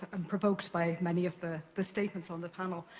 um provoked by many of the the statements on the panel.